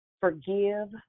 forgive